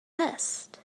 best